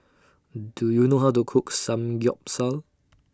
Do YOU know How to Cook Samgyeopsal